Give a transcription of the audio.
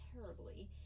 terribly